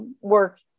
work